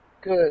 Good